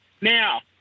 Now